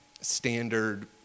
standard